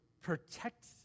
protect